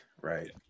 Right